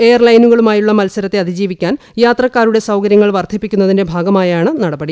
എയർലൈനുകളുമായുള്ള മത്സരത്തെ അതിജീവിക്കാൻ യാത്രക്കാരുടെ സൌകര്യങ്ങൾ വർദ്ധിപ്പിക്കുന്നതിന്റെ ഭാഗമായാണ് നടപടി